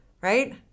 right